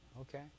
Okay